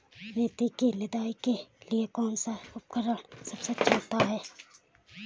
मेथी की निदाई के लिए कौन सा उपकरण सबसे अच्छा होता है?